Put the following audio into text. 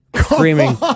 screaming